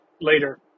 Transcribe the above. later